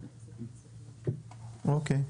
אוקיי.